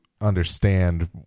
understand